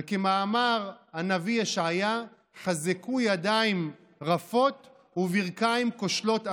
וכמאמר הנביא ישעיה: "חזקו ידים רפות וברכים כושלות אמצו".